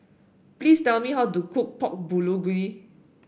please tell me how to cook Pork Bulgogi